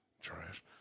Trash